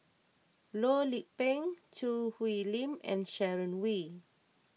Loh Lik Peng Choo Hwee Lim and Sharon Wee